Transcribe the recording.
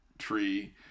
tree